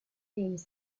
means